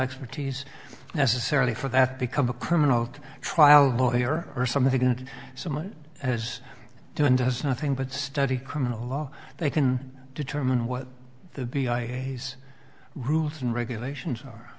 expertise necessarily for that become a criminal trial lawyer or something and someone has to and does nothing but study criminal law they can determine what the rules and regulations are